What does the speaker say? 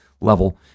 level